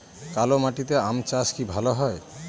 কালো মাটিতে আম চাষ কি ভালো হয়?